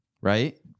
right